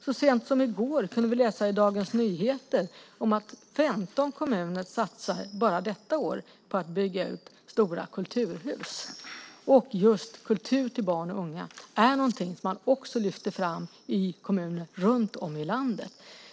Så sent som i går kunde vi läsa i Dagens Nyheter att 15 kommuner bara detta år satsar på att bygga ut stora kulturhus. Just kultur till barn och unga är någonting som man också lyfter fram i kommuner runt om i landet.